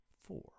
four